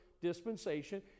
dispensation